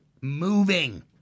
moving